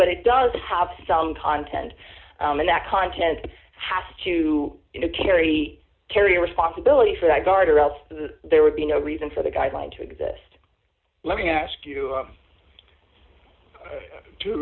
but it does have some content and that content has to carry carrier responsibility for that guard or else there would be no reason for the guideline to exist let me ask you